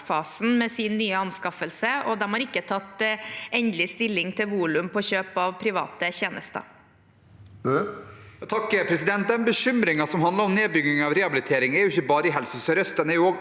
med sin nye anskaffelse, og de har ikke tatt endelig stilling til volum på kjøp av private tjenester. Erlend Svardal Bøe (H) Den bekymrin- gen som handler om nedbygging av rehabilitering, er ikke bare i Helse sør-øst,